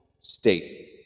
state